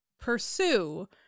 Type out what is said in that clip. pursue